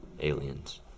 aliens